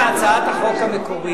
אז הנה, הצעת החוק המקורית